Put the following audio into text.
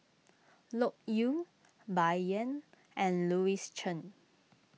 Loke Yew Bai Yan and Louis Chen